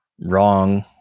wrong